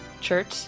church